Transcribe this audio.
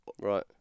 right